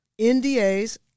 NDAs